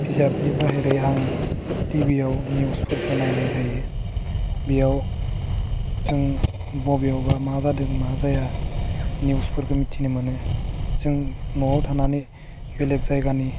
बिजाबनि बाहेरै आं टिभियाव निउसफोरखौ नायनाय जायो बेयाव जों बबेयावबा मा जादों मा जाया निउसफोरखौ मिथिनो मोनो जों न'आव थानानै बेलेग जायगानि